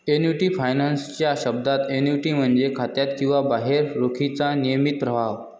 annuity finance च्या शब्दात, annuity म्हणजे खात्यात किंवा बाहेर रोखीचा नियमित प्रवाह